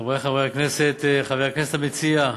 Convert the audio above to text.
חברי חברי הכנסת, חבר הכנסת המציע,